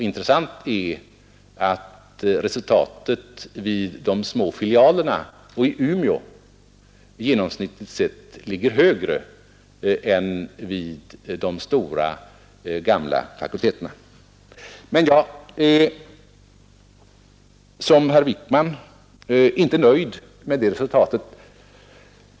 Intressant är att resultatet vid de små filialerna och i Umeå genomsnittligt sett ligger högre än i de stora, äldre filosofiska fakulteterna. Men jag är liksom herr Wijkman inte nöjd med det resultatet.